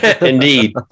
indeed